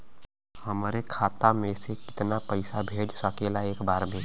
हमरे खाता में से कितना पईसा भेज सकेला एक बार में?